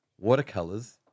watercolors